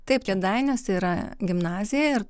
taip kėdainiuose yra gimnazija ir